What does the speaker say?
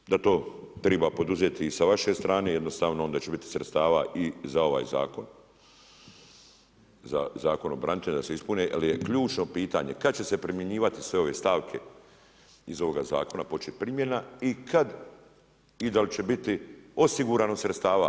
Smatram da to triba poduzeti sa vaše strane jednostavno onda će biti sredstava i za ovaj zakon, za Zakon o braniteljima da se ispune jel je ključno pitanje kada će se primjenjivati sve ove stavke iz ovoga zakona počet primjena i kada i dal će biti osigurano sredstava.